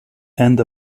and